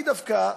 אני דווקא,